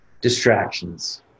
distractions